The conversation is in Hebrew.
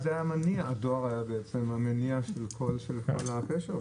הדואר היה המניע של כל הקשר.